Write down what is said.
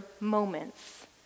moments